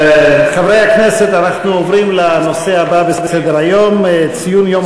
תגיד את זה לשר האוצר.